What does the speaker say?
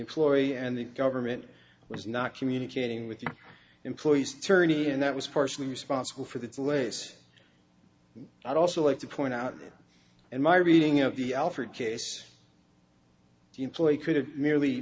employee and the government was not communicating with the employees tourney and that was partially responsible for the place i'd also like to point out and my reading of the alford case the employee could have merely